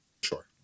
Sure